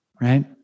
right